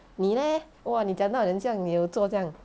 你 leh 哇你讲到很像你有做怎么样